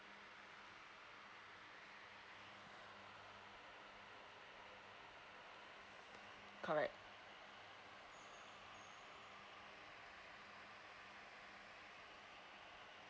correct